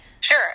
Sure